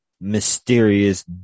mysterious